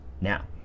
Now